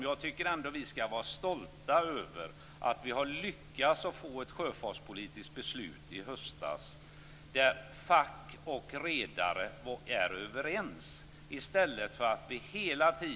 Jag tycker att vi skall vara stolta över att vi lyckades få ett sjöfartspolitiskt beslut i höstas där fack och redare var överens.